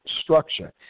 structure